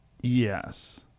Yes